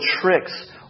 tricks